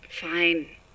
Fine